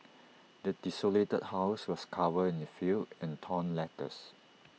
the desolated house was covered in the filth and torn letters